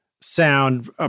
sound